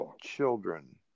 children